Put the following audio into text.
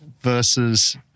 versus